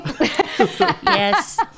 Yes